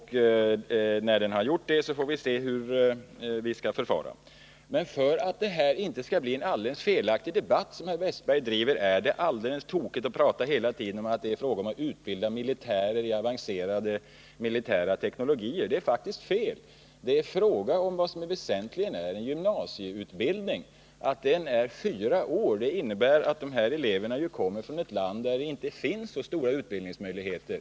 När den har gjort det, får vi se hur vi skall förfara. Men för att detta inte skall bli en alldeles felaktig debatt måste jag säga att det är tokigt att som herr Wästberg gör hela tiden tala om att det är fråga om att utbilda militärer i avancerade militära teknologier. Det är faktiskt fel. Det är fråga om något som väsentligen är en gymnasieutbildning. Att den är fyra år beror på att de här eleverna ju kommer från ett land där det inte finns så stora utbildningsmöjligheter.